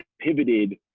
pivoted